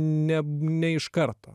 ne ne iš karto